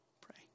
pray